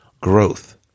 growth